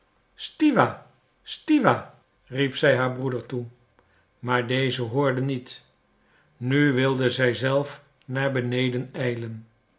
stiwa stiwa riep zij haar broeder toe maar deze hoorde niet nu wilde zij zelf naar beneden ijlen